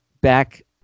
back